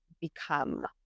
become